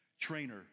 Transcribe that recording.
Trainer